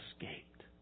escaped